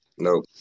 No